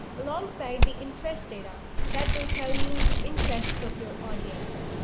alongside the interest data that will tell you the interests of your audience.